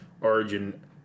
Origin